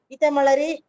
Itamalari